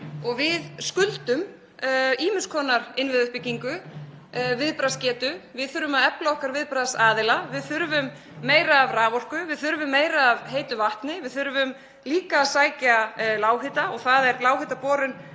og við skuldum ýmiss konar innviðauppbyggingu viðbragðsgetu. Við þurfum að efla okkar viðbragðsaðila. Við þurfum meiri raforku, við þurfum meira af heitu vatni, við þurfum líka að sækja lághita og HS Orka er